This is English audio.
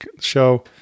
show